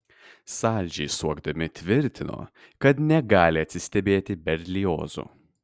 saldžiai suokdami tvirtino kad negali atsistebėti berliozu